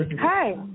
hi